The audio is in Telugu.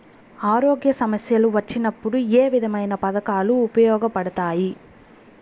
ఆరోగ్య సమస్యలు వచ్చినప్పుడు ఏ విధమైన పథకాలు ఉపయోగపడతాయి